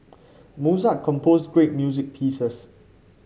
Mozart composed great music pieces